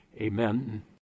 amen